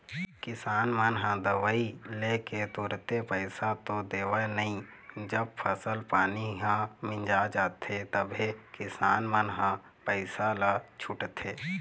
किसान मन ह दवई लेके तुरते पइसा तो देवय नई जब फसल पानी ह मिंजा जाथे तभे किसान मन ह पइसा ल छूटथे